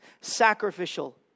sacrificial